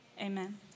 Amen